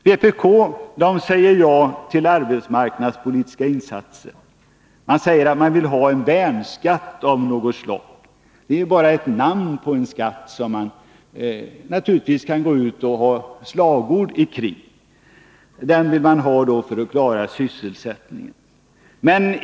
Vpk säger ja till de arbetsmarknadspolitiska insatserna, man säger att man vill ha en värnskatt av något slag — det är bara ett namn på en skatt, som man naturligtvis kan gå ut med slagord ikring — för att klara sysselsättningen.